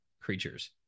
creatures